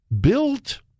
built